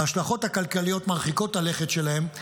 וההשלכות הכלכליות מרחיקות הלכת שלהם,